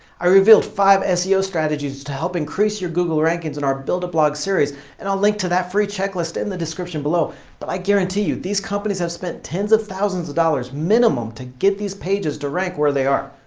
i revealed five seo strategies to help increase your google rankings in our build-a-blog series and i'll link to that free checklist in the description below but i guarantee you, these companies have spent tens of thousands of dollars minimum to get these pages to rank where they are.